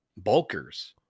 bulkers